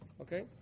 Okay